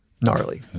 gnarly